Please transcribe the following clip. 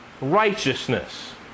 righteousness